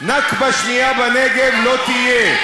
נכבה שנייה בנגב לא תהיה.